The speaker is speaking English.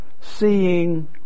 seeing